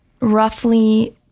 roughly